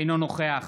אינו נוכח